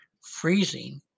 Freezing